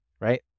right